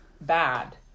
bad